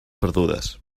perdudes